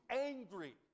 angry